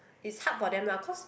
is hard for them lah cause